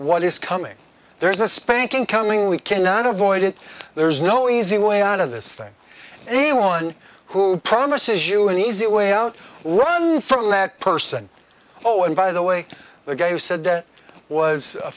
what is coming there is a spanking coming we cannot avoid it there is no easy way out of this thing anyone who promises you an easy way out run from that person oh and by the way the guy who said that was a